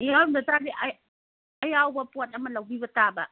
ꯐꯤ ꯌꯥꯎꯔꯝꯗ ꯇꯥꯔꯗꯤ ꯑꯌꯥꯎꯕ ꯄꯣꯠ ꯑꯃ ꯂꯧꯕꯤꯕ ꯇꯥꯕ